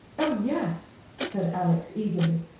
oh, yes, said alex eagerly,